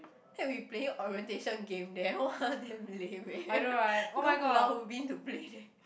then we playing orientation game there !wah! then lame eh go Pulau-Ubin to play there